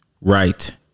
right